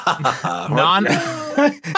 non